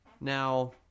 Now